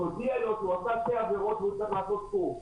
תודיע לו שהוא עשה שתי עבירות והוא צריך לעשות קורס,